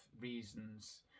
reasons